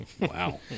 Wow